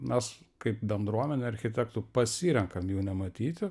mes kaip bendruomenė architektų pasirenkam jų nematyti